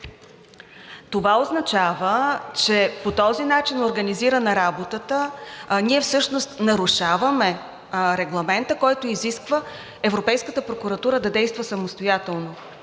Това означава, че по този начин организирана работата, ние всъщност нарушаваме Регламента, който изисква Европейската прокуратура да действа самостоятелно,